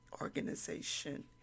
organization